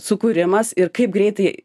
sukūrimas ir kaip greitai